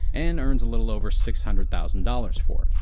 and earns a little over six hundred thousand dollars for it.